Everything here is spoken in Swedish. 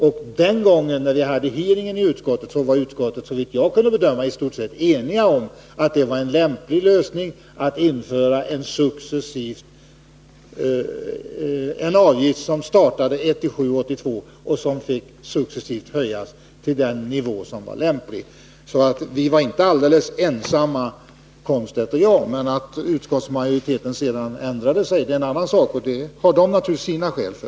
Vid det tillfälle då vi hade en hearing i utskottet var utskottet, såvitt jag kunde förstå, i stort sett enigt om att det var en lämplig lösning att införa ett avgiftssystem som skulle träda i kraft den 1 juli 1982 och som successivt skulle få höjas till lämplig nivå. Wiggo Komstedt och jag var alltså inte alldeles ensamma om vår uppfattning. Att utskottsmajoriteten sedan ändrade sig är en annan sak. Det hade man naturligtvis sina skäl för.